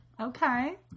Okay